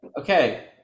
Okay